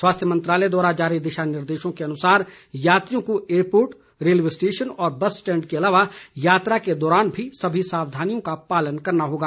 स्वास्थ्य मंत्रालय द्वारा जारी दिशा निर्देशों के अनुसार यात्रियों को एयरपोर्ट रेलवे स्टेशन और बस स्टेंड के अलावा यात्रा के दौरान भी सभी सावधानियों का पालन करना होगा